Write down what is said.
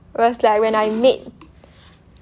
was like when I made